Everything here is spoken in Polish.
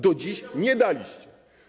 Do dziś nie daliście.